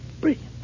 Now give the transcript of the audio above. Brilliant